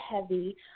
heavy